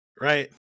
right